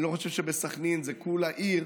אני לא חושב שבסח'נין זה כל העיר,